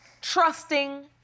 trusting